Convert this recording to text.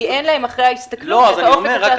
כי אין להם אחרי ההסתכלות את האופק התעסוקתי.